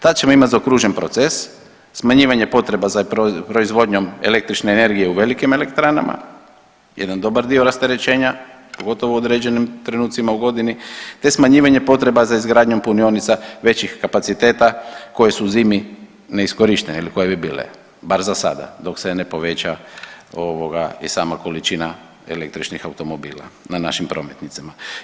Tad ćemo imati zaokružen proces, smanjivanje potreba za proizvodnjom električne energije u velikim elektranama, jedan dobar dio rasterećenja pogotovo u određenim trenucima u godini te smanjivanje potreba za izgradnjom punionica većih kapaciteta koji su zimi neiskorištene ili koje bi bile bar za sada dok se ne poveća ovoga i sama količina električnih automobila na našim prometnicama.